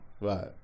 Right